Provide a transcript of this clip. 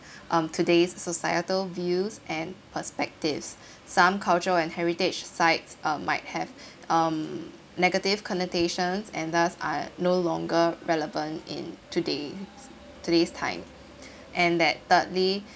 um today societal views and perspectives some culture and heritage sites might have um negative connotations and that are no longer relevant in today's today's time and that thirdly